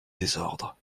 désordre